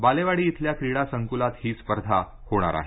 बालेवाडी इथल्या क्रीडा संकूलात ही स्पर्धा होणार आहे